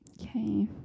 Okay